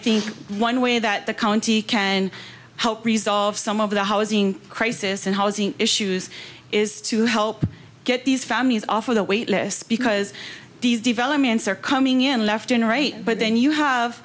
think one way that the county can help resolve some of the housing crisis and housing issues is to help get these families off of the wait list because these developments are coming in left generate but then you have